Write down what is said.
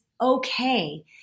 okay